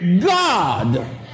God